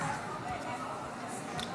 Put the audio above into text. הכנסת עמית הלוי וקבוצת חברי הכנסת.